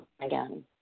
again